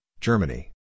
Germany